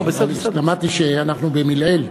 למדתי שאנחנו במלעיל,